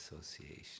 association